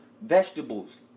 vegetables